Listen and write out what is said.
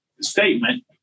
statement